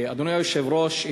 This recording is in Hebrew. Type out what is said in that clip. אדוני היושב-ראש.